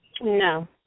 No